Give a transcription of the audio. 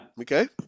Okay